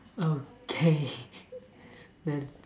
okay the